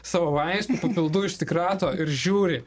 savo vaistų papildų išsikrato ir žiūri